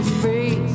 free